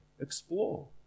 explore